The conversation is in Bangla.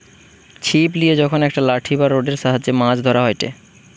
ছিপ লিয়ে যখন একটা লাঠি বা রোডের সাহায্যে মাছ ধরা হয়টে